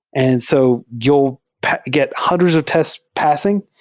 and so you'll get hundreds of tests passing.